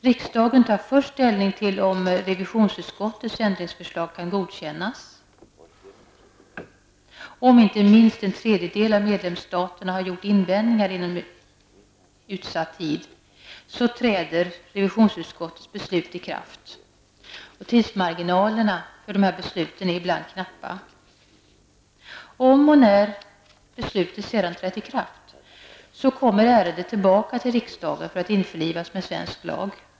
Riksdagen tar först ställning till om revisionsutskottets ändringsförslag kan godkännas. Om inte minst en tredjedel av medlemsstaterna har gjort invändningar inom utsatt tid, träder revisionsutskottets beslut i kraft. Tidsmarginalerna för dessa beslut är ibland knappa. Om och när beslutet sedan trätt i kraft, kommer ärendet tillbaka till riksdagen för att införlivas med svensk lag.